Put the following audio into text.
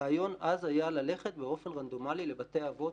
הרעיון אז היה ללכת באופן רנדומלי לבתי אבות.